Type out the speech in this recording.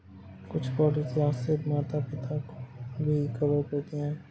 कुछ पॉलिसी आश्रित माता पिता को भी कवर करती है